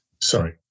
Sorry